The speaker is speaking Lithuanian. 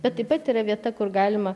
bet taip pat yra vieta kur galima